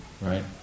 Right